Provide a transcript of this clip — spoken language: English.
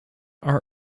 are